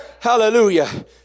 Hallelujah